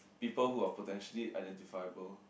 people who are potentially identifiable